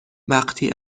وقتی